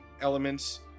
elements